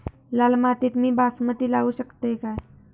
लाल मातीत मी बासमती लावू शकतय काय?